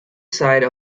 side